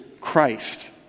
Christ